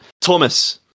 Thomas